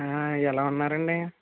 ఎలా ఉన్నారండీ